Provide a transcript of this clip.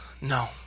no